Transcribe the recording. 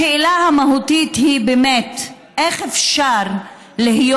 השאלה המהותית היא באמת איך אפשר להיות